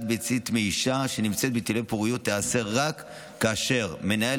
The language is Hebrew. ביצית מאישה שנמצאת בטיפולי פוריות תיעשה רק כאשר מנהל